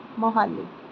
Mohali